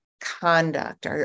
conduct